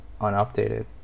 unupdated